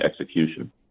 execution